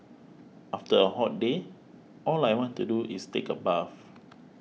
after a hot day all I want to do is take a bath